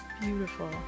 Beautiful